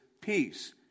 peace